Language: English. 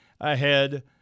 ahead